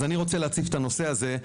אז אני רוצה להציף את הנושא הזה.